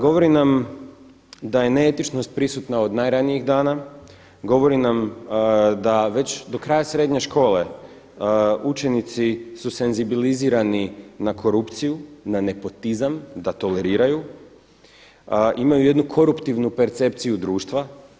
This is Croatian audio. Govori nam da je ne etičnost prisutna od najranijih dana, govori nam da već do kraja srednje škole učenici su senzibilizirani na korupciju, na nepotizam, da toleriraju, imaju jednu koruptivnu percepciju društva.